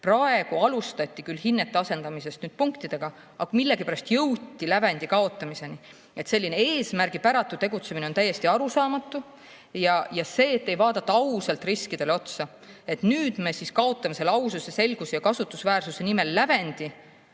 Praegu alustati küll hinnete asendamisest punktidega, aga millegipärast jõuti lävendi kaotamiseni. Selline eesmärgipäratu tegutsemine on täiesti arusaamatu, nagu ka see, et ei vaadata ausalt riskidele otsa. Nüüd me siis kaotame selle aususe, selguse ja kasutusväärtuse nimel lävendi,